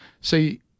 See